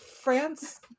France